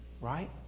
Right